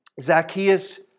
Zacchaeus